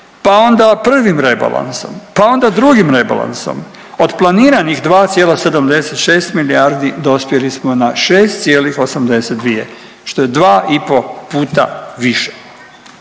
pa onda prvim rebalansom, pa onda drugim rebalansom od planiranih 2,76 milijardi dospjeli smo na 6,82 što je dva i po puta više.